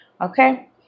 Okay